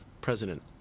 president